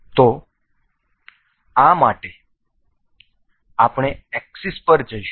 તેથી આ માટે આપણે એક્સિસ પર જઈશું